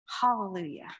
Hallelujah